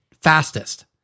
fastest